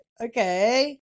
okay